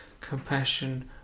compassion